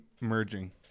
merging